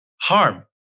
harm